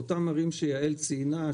בערים שיעל דניאלי ציינה,